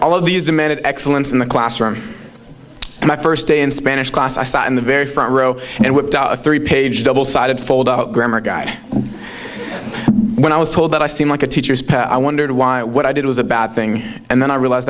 all of these demanded excellence in the classroom and my first day in spanish class i sat in the very front row and whipped out a three page double sided foldout grammar guy when i was told that i seemed like a teacher's pet i wondered why what i did was a bad thing and then i realized